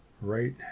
right